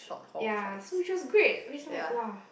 ya so which was great which like !wah!